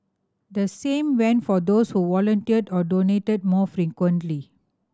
the same went for those who volunteered or donated more frequently